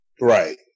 Right